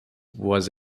was